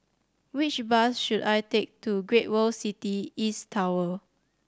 which bus should I take to Great World City East Tower